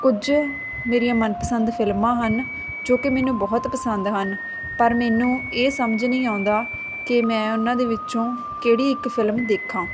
ਕੁੱਝ ਮੇਰੀਆਂ ਮਨ ਪਸੰਦ ਫਿਲਮਾਂ ਹਨ ਜੋ ਕਿ ਮੈਨੂੰ ਬਹੁਤ ਪਸੰਦ ਪਰ ਮੈਨੂੰ ਇਹ ਸਮਝ ਨਹੀਂ ਆਉਂਦਾ ਕਿ ਮੈਂ ਉਹਨਾਂ ਦੇ ਵਿੱਚੋਂ ਕਿਹੜੀ ਇੱਕ ਫਿਲਮ ਦੇਖਾਂ